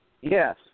Yes